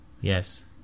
Yes